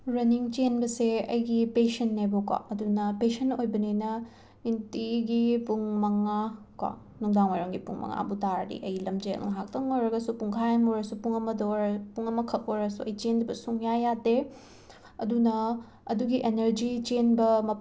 running ꯆꯦꯟꯕꯁꯦ ꯑꯩꯒꯤ ꯄꯦꯁꯟꯅꯦꯕꯀꯣ ꯑꯗꯨꯅ ꯄꯦꯁꯟ ꯑꯣꯏꯕꯅꯤꯅ ꯅꯨꯡꯇꯤꯒꯤ ꯄꯨꯡ ꯃꯉꯥ ꯀꯣ ꯅꯨꯡꯗꯥꯡꯋꯥꯏꯔꯝꯒꯤ ꯄꯨꯡ ꯃꯉꯥꯕꯨ ꯇꯥꯔꯗꯤ ꯑꯩ ꯂꯝꯖꯦꯜ ꯉꯥꯏꯍꯥꯛꯇꯪ ꯑꯣꯏꯔꯒꯁꯨ ꯄꯨꯡꯈꯥꯏ ꯑꯝ ꯑꯣꯏꯔꯁꯨ ꯄꯨꯡ ꯑꯃꯗ ꯑꯣꯏꯔ ꯄꯨꯡ ꯑꯃꯈꯛ ꯑꯣꯏꯔꯁꯨ ꯑꯩ ꯆꯦꯟꯗꯕ ꯁꯨꯡꯌꯥ ꯌꯥꯗꯦ ꯑꯗꯨꯅ ꯑꯗꯨꯒꯤ ꯑꯦꯅꯔꯖꯤ ꯆꯦꯟꯕ